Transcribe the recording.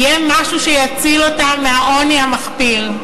יהיה משהו שיציל אותם מהעוני המחפיר.